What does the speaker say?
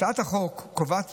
הצעת החוק קובעת